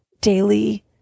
daily